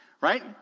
right